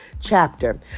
chapter